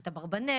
את אברבנאל,